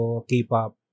K-pop